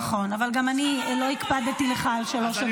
נכון, אבל גם אני לא הקפדתי לך על שלוש הדקות.